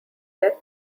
death